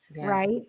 Right